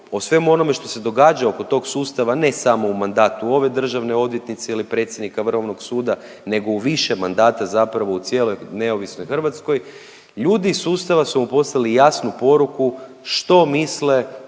o svemu onome što se događa oko tog sustava ne samo u mandatu ove državne odvjetnice ili predsjednika Vrhovnog suda, nego u više mandata zapravo u cijeloj neovisnoj Hrvatskoj ljudi iz sustava su mu poslali jasnu poruku što misle